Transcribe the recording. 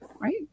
Right